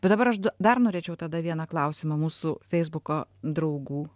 bet dabar aš dar norėčiau tada vieną klausimą mūsų feisbuko draugų